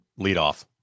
leadoff